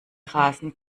rasen